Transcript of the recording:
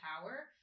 power